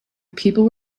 people